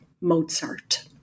Mozart